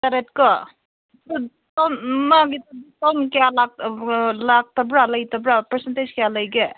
ꯇꯔꯦꯠ ꯀꯣ ꯑꯗꯨꯨ ꯃꯥꯒꯤ ꯂꯩꯇꯕ꯭ꯔꯥ ꯄꯔꯁꯦꯟꯇꯦꯁ ꯀꯌꯥ ꯂꯩꯒꯦ